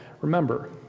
remember